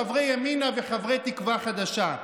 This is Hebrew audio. חברי ימינה וחברי תקווה חדשה,